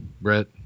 Brett